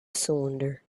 cylinder